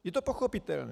Je to pochopitelné.